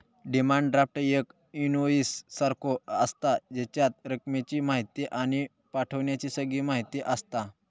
demand draft एक invoice सारखो आसता, जेच्यात रकमेची म्हायती आणि पाठवण्याची सगळी म्हायती आसता